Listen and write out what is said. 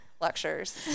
lectures